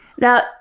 Now